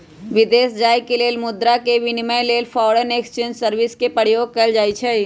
विदेश जाय के लेल मुद्रा के विनिमय लेल फॉरेन एक्सचेंज सर्विस के प्रयोग कएल जाइ छइ